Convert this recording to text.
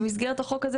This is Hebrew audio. במסגרת החוק הזה,